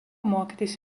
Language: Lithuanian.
mokytis